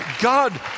God